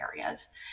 areas